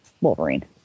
Wolverine